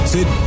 Sit